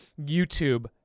YouTube